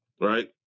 Right